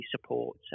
support